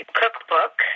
cookbook